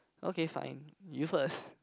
okay fine you first